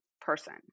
person